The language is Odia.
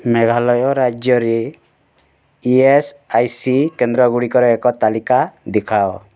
ମେଘାଲୟ ରାଜ୍ୟରେ ଇ ଏସ୍ ଆଇ ସି କେନ୍ଦ୍ରଗୁଡ଼ିକର ଏକ ତାଲିକା ଦିଖାଅ